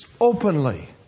openly